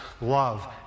love